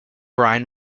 brian